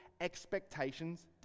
expectations